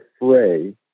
fray